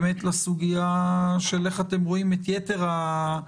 לסוגיה איך אתם רואים את יתר המהלכים.